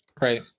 Right